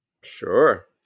Sure